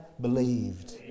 believed